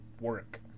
work